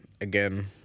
Again